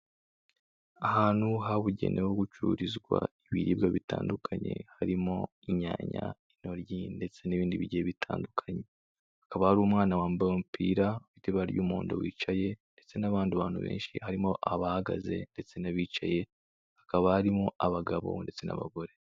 Ahantu habugenewe ho gucururizwa ibiribwa bitandukanye; harimo inyanya, intoryi ndetse n'ibindi bigiye bitandukanye, hakaba hari umwana wambaye umupira w'ibara ry'umuhondo wicaye ndetse n'abandi bantu benshi harimo abahagaze ndetse n'abicaye, hakaba harimo abagabo ndetse n'abagore.